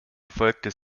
erfolgte